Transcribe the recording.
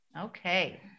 Okay